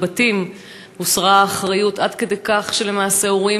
בבתים הוסרה האחריות עד כדי כך שלמעשה הורים